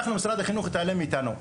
משרד החינוך התעלם מאיתנו.